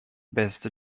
best